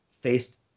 faced